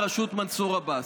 רע"מ, רע"מ בראשות מנסור עבאס,